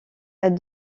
elle